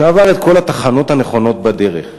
שעבר את כל התחנות הנכונות בדרך.